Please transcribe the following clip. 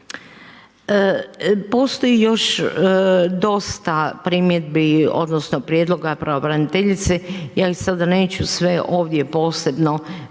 Postoji još dosta primjedbi, odnosno prijedloga pravobraniteljice, ja sada neću sve ovdje posebno